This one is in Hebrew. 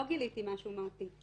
לא גיליתי משהו מהותי.